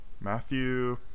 Matthew